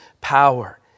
power